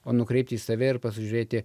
o nukreipti į save ir pasižiūrėti